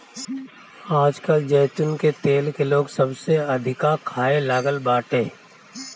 आजकल जैतून के तेल के लोग सबसे अधिका खाए लागल बाटे